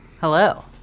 Hello